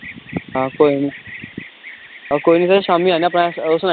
हां कोई निं ओह् कोई निं सर शाम्मी औन्ने आं अपना ओह् सनाई ओड़ो एड्रेस देई ओड़ो ते शाम्मी औन्ना मैं फीता फुता लेइयै